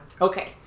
Okay